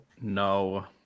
No